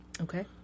Okay